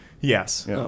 yes